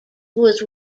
was